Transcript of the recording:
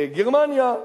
גרמניה,